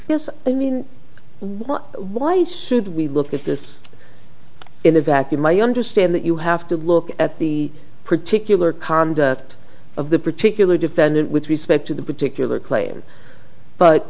else i mean why should we look at this in a vacuum i understand that you have to look at the particular conduct of the particular defendant with respect to the particular claim but